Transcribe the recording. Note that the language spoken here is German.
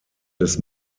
des